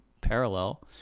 parallel